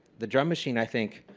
the drum machine, i think,